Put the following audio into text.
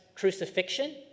crucifixion